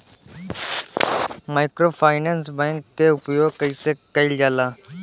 Microfinance bank के उपयोग कइसे कइल जाला?